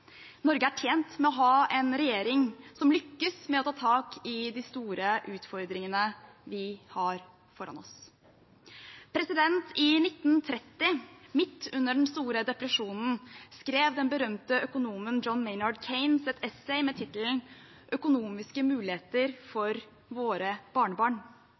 Norge er tjent med å ha en regjering som lykkes med å ta tak i de store utfordringene vi har foran oss. I 1930, midt under den store depresjonen, skrev den berømte økonomen John Maynard Keynes et essay med tittelen Økonomiske muligheter for våre barnebarn.